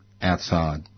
Outside